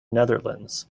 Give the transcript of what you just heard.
netherlands